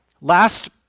last